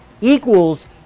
equals